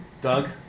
Doug